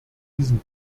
diesen